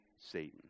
Satan